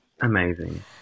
Amazing